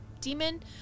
demon